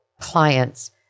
clients